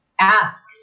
ask